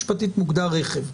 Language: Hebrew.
הקוון משפטית מוגדר רכב.